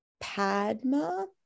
padma